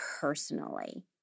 personally